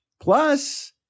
Plus